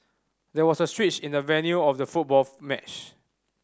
there was a switch in the venue of the football match